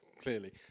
clearly